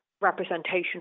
representation